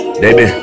baby